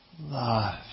love